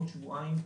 עוד שבועיים,